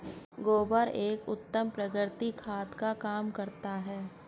गोबर एक उत्तम प्राकृतिक खाद का काम करता है